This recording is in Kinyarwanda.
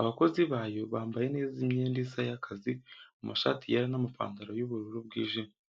Abakozi bayo bambaye neza imyenda isa y'akazi amashati yera n'amapantaro y'ubururu bwijimye.